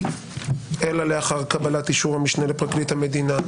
אלא לאחר קבלת אישור המשנה לפרקליט המדינה.